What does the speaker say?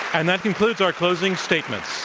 and that concludes our closing statements.